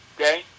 Okay